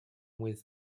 with